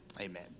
Amen